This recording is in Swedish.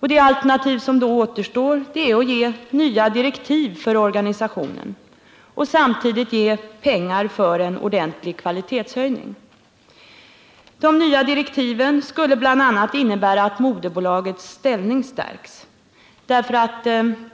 Det alternativ som då återstår är att ge nya direktiv för omorganisationen och samtidigt ge pengar till en ordentlig kvalitetshöjning. De nya direktiven skulle bl.a. innebära att moderbolagets ställning stärktes.